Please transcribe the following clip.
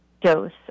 dose